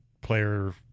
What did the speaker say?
player